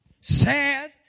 sad